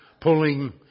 pulling